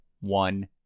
one